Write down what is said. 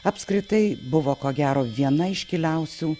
apskritai buvo ko gero viena iškiliausių